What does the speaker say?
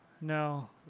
no